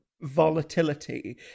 volatility